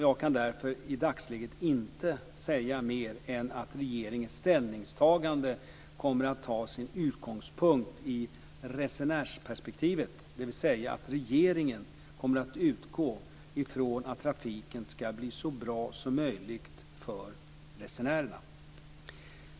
Jag kan därför i dagsläget inte säga mer än att regeringens ställningstagande kommer att ta sin utgångspunkt i resenärsperspektivet, dvs. regeringen kommer att utgå ifrån att trafiken ska blir så bra som möjligt för resenärerna.